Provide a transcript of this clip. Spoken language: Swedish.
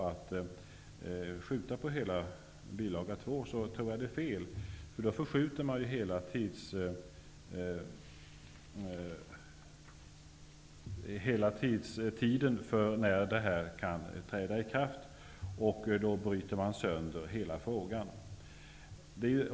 Att skjuta upp hela bilaga 2, som Vänsterpartiet kräver, tror jag skulle vara fel. Tiden för ikraftträdande skulle då förskjutas. Därmed bryts hela frågan sönder.